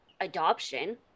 adoption